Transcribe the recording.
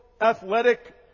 athletic